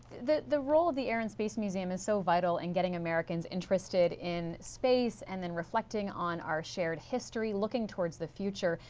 the the role of the air and space museum is so vital in getting americans interested in space and then reflecting on our shared history looking towards the future.